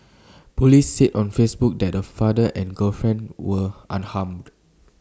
Police said on Facebook that the father and girlfriend were unharmed